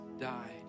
died